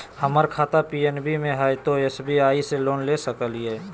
हमर खाता पी.एन.बी मे हय, तो एस.बी.आई से लोन ले सकलिए?